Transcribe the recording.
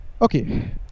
Okay